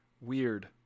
Weird